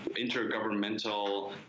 intergovernmental